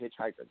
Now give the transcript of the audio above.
Hitchhiker